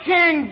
King